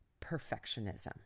perfectionism